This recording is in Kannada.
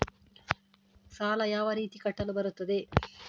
ಸಾಲ ಯಾವ ರೀತಿ ಕಟ್ಟಲು ಬರುತ್ತದೆ?